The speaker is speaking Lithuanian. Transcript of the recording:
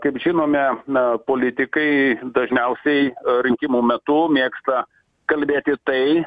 kaip žinome na politikai dažniausiai rinkimų metu mėgsta kalbėti tai